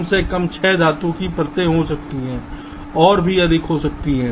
कम से कम 6 धातु की परतें हो सकती हैं और भी अधिक हो सकती है